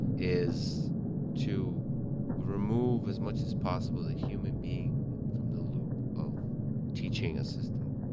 is to remove as much as possible the human being from the loop of teaching a system